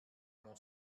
mon